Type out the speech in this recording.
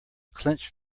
clenched